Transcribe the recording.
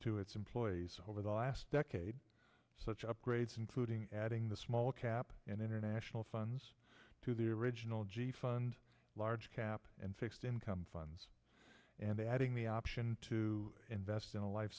to its employees over the last decade such upgrades including adding the small cap and international funds to the original g fund large cap and fixed income funds and adding the option to invest in a life